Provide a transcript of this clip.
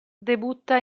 debutta